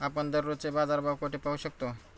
आपण दररोजचे बाजारभाव कोठे पाहू शकतो?